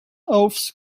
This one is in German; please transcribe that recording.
aufs